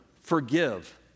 forgive